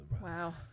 Wow